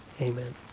Amen